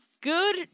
good